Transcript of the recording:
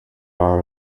our